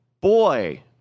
boy